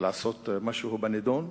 צורך לעשות משהו בנדון.